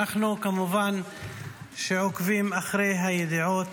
אנחנו כמובן עוקבים אחרי הידיעות